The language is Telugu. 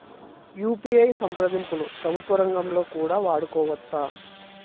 యు.పి.ఐ సంప్రదింపులు ప్రభుత్వ రంగంలో కూడా వాడుకోవచ్చా?